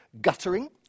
guttering